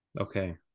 Okay